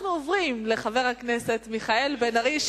אנחנו עוברים לחבר הכנסת מיכאל בן-ארי,